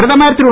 பிரதமர் திரு